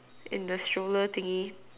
in the stroller thingy